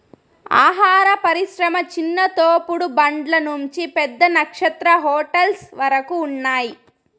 ఆహార పరిశ్రమ చిన్న తోపుడు బండ్ల నుంచి పెద్ద నక్షత్ర హోటల్స్ వరకు ఉన్నాయ్